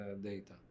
data